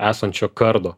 esančio kardo